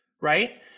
right